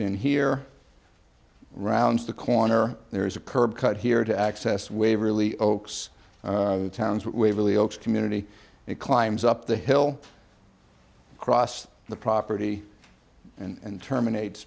in here round the corner there is a curb cut here to access waverly oaks town's waverly oaks community it climbs up the hill across the property and terminate